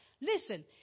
Listen